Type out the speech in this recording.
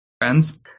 friends